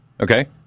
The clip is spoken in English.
Okay